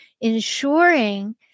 ensuring